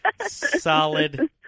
solid